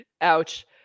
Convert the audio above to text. Ouch